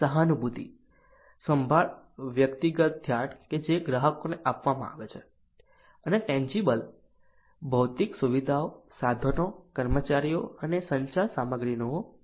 સહાનુભૂતિ સંભાળ વ્યક્તિગત ધ્યાન કે જે ગ્રાહકોને આપવામાં આવે છે અને ટેન્જીબલ ભૌતિક સુવિધાઓ સાધનો કર્મચારીઓ અને સંચાર સામગ્રીનો દેખાવ છે